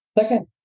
Second